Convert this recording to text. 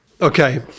okay